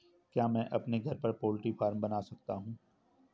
क्या मैं अपने घर पर पोल्ट्री फार्म बना सकता हूँ?